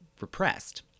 repressed